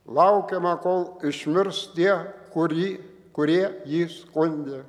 laukiama kol išmirs tie kurį kurie jį skundė